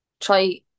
try